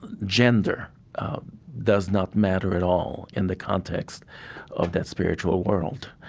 gender does not matter at all in the context of that spiritual world.